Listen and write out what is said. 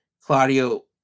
Claudio